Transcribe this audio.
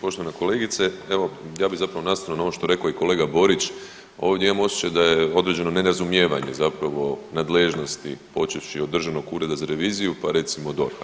Poštovana kolegice, evo ja bi zapravo nastavno na ono što je rekao i kolega Borić, ovdje imam osjećaj da je određeno nerazumijevanje zapravo nadležnosti, počevši od Državnog ureda za reviziju pa recimo DORH-a.